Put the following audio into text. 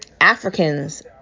Africans